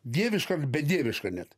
dieviška bedieviška net